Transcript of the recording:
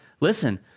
listen